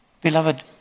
Beloved